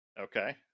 Okay